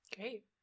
Great